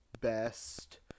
best